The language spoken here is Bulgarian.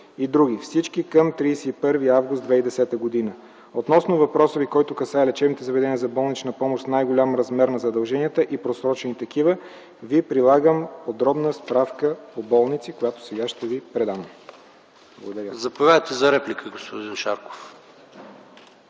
и др. Всички към 31 август 2010 г. Относно въпроса Ви, който касае лечебните заведения за болнична помощ с най-голям размер на задълженията и просрочени такива, Ви прилагам подробна справка по болници, която сега ще Ви предам. Благодаря. ПРЕДСЕДАТЕЛ ПАВЕЛ ШОПОВ: Заповядайте за реплика, господин Шарков.